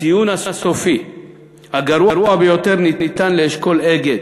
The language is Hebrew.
הציון הסופי הגרוע ביותר ניתן לאשכול "אגד"